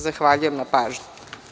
Zahvaljujem na pažnji.